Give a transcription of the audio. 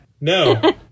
No